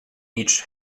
each